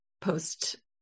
post